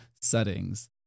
settings